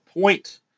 point